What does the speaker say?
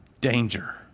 danger